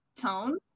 tone